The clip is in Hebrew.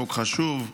חוק חשוב,